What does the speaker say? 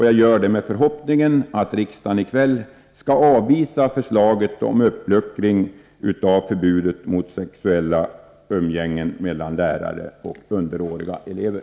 Jag gör det med förhoppningen att riksdagen i kväll skall avvisa förslaget om uppluckring av förbudet mot sexuellt umgänge mellan lärare och underåriga elever.